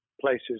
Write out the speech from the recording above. places